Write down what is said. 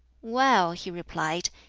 well, he replied,